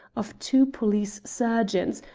of two police surgeons,